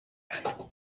and